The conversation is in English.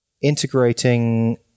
integrating